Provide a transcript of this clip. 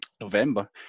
November